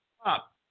Stop